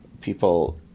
people